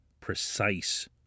precise